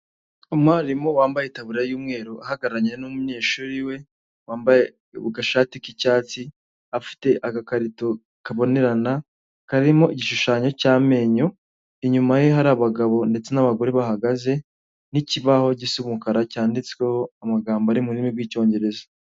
Umwarimu wambaye itaburiya y'umweru ahagararanye n'umunyeshuri we wambaye agashati k'icyatsi, afite agakarito kabonerana karimo igishushanyo cy'amenyo, inyuma ye hari abagabo ndetse n'abagore bahagaze, n'ikibaho gisa umukara cyanditsweho amagambo ari mu rurimi rw'icyongereza.